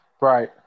Right